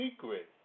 secret